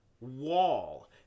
wall